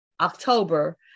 October